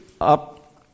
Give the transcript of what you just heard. up